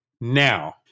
now